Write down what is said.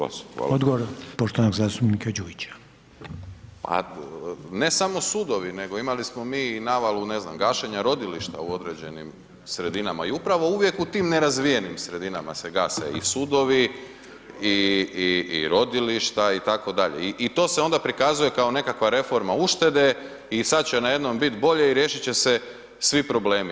Ne samo sudovi, nego imali smo mi navalu, ne znam, gašenja rodilišta u određenim sredinama i upravo uvijek u tim nerazvijenim sredinama se gase i sudovi i rodilišta itd. i to se onda prikazuje kao nekakva reforma uštede i sada će najednom biti bolje i riješiti će se svi problemi.